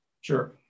Sure